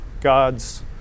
God's